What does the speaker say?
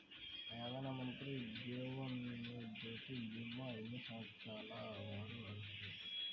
ప్రధానమంత్రి జీవనజ్యోతి భీమా ఎన్ని సంవత్సరాల వారు అర్హులు?